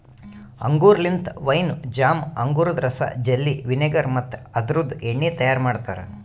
ಅಂಗೂರ್ ಲಿಂತ wine, jam, ಅಂಗೂರದ ರಸ, ಜೆಲ್ಲಿ, ವಿನೆಗರ್ ಮತ್ತ ಅದುರ್ದು ಎಣ್ಣಿ ತೈಯಾರ್ ಮಾಡ್ತಾರ